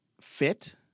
Fit